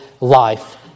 life